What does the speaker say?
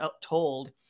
told